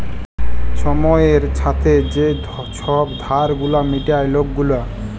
ছময়ের ছাথে যে ছব ধার গুলা মিটায় লক গুলা